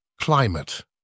climate